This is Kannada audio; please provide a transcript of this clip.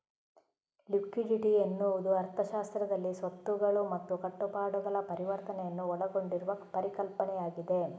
ಲಿಕ್ವಿಡಿಟಿ ಎನ್ನುವುದು ಅರ್ಥಶಾಸ್ತ್ರದಲ್ಲಿ ಸ್ವತ್ತುಗಳು ಮತ್ತು ಕಟ್ಟುಪಾಡುಗಳ ಪರಿವರ್ತನೆಯನ್ನು ಒಳಗೊಂಡಿರುವ ಪರಿಕಲ್ಪನೆಯಾಗಿದೆ